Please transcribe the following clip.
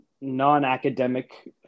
non-academic